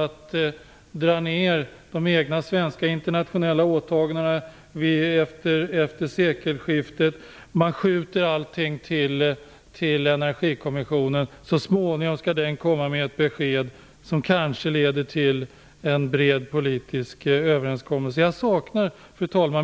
att dra ner de egna svenska internationella åtagandena efter sekelskiftet och man skjuter över allt till Energikommissionen. Den skall så småningom komma med ett besked som kanske leder till en bred politisk överenskommelse. Fru talman!